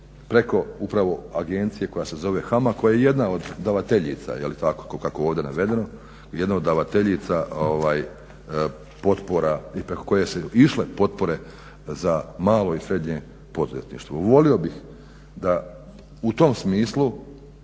preko upravo Agencije koja se zove HAMAG koja je jedna od davateljica je li tako kako je ovdje navedeno, jedne od davateljica potpora i preko koje su išle potpore za malo i srednje poduzetništvo. Volio bih da u tom smislu